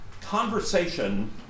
conversation